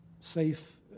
safe